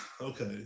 Okay